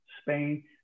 Spain